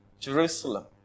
Jerusalem